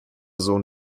sohn